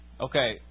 okay